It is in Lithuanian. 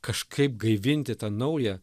kažkaip gaivinti tą naują